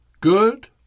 good